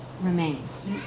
remains